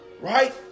Right